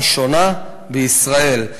ראשונה בישראל.